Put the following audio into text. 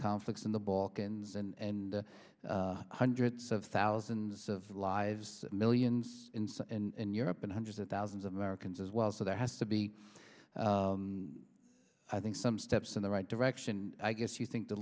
conflicts in the balkans and hundreds of thousands of lives millions in europe and hundreds of thousands of americans as well so there has to be i think some steps in the right direction i guess you think the